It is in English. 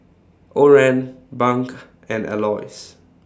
Oran Bunk and Aloys